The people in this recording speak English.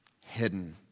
hidden